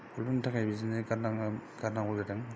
प्रब्लेमनि थाखाय बिदिनो गारनाङो गारनांगौ जादों